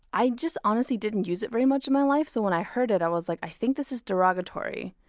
i just honestly didn't use it very much in my life so when i heard it i was like, i think this is derogatory,